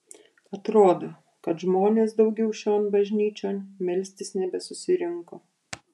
atrodo kad žmonės daugiau šion bažnyčion melstis nebesusirinko